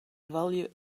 value